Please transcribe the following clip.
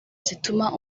zituma